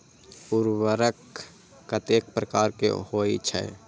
उर्वरक कतेक प्रकार के होई छै?